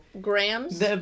Grams